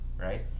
Right